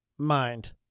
Mind